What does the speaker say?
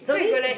the only